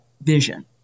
vision